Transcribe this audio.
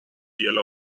yellow